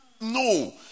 no